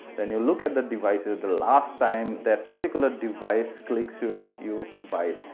then you look at the devices the last time that particular device clicks you and you buy it.